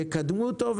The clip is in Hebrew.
יקדמו אותו,